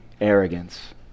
arrogance